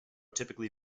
typically